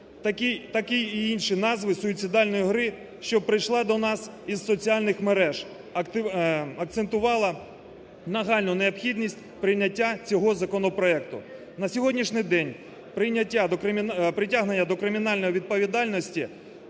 такі і інші назви суїцидальної гри, що прийшла до нас із соціальних мереж, акцентувала нагальну необхідність прийняття цього законопроекту. На сьогоднішній день притягнення до кримінальної відповідальності